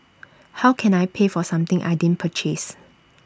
how can I pay for something I didn't purchase